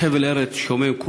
חבל ארץ שומם.